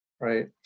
Right